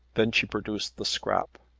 then she produced the scrap.